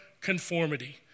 conformity